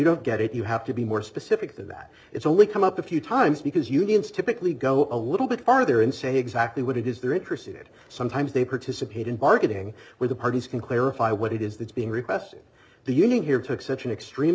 don't get it you have to be more specific than that it's only come up a few times because unions typically go a little bit farther and say exactly what it is they're interested sometimes they participate in bargaining where the parties can clarify what it is that is being requested the union here took such an extreme